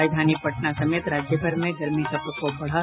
राजधानी पटना समेत राज्यभर में गर्मी का प्रकोप बढ़ा